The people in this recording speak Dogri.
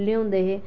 उपले होंदे हे